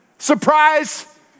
Surprise